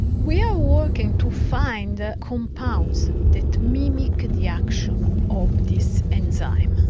we are working to find the compounds that mimic the action of this enzyme,